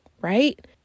right